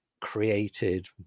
created